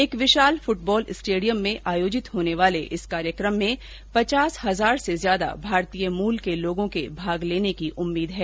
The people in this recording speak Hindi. एक विशाल फुटबॉल स्टेडियम में आयोजित होने वाले इस कार्यक्रम में पचास हजार से ज्यादा भारतीय मूल के लोगों के भाग लेने की उम्मीद है